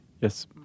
Yes